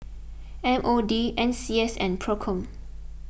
M O D N C S and Procom